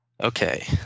Okay